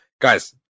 guys